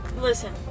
Listen